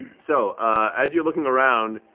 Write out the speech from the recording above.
so as you're looking around,